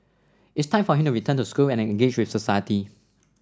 it's time for him to return to school and engage with society